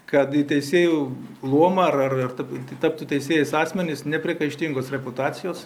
kad į teisėjų luomą ar ar tap taptų teisėjais asmenys nepriekaištingos reputacijos